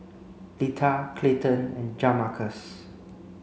Lita Clayton and Jamarcus